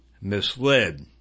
misled